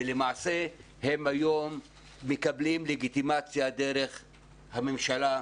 ולמעשה הם היום מקבלים לגיטימציה דרך הממשלה.